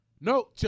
No